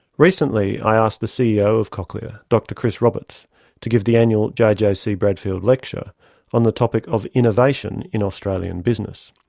recently i asked the ceo of cochlear dr chris roberts to give the annual jjc jjc bradfield lecture on the topic of innovation in australian business.